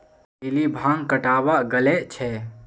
lily भांग कटावा गले छे